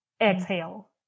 exhale